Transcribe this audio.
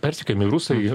persekiojami rusai